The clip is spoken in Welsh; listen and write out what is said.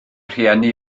rhieni